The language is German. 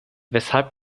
weshalb